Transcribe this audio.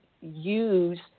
use